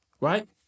right